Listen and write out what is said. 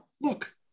Look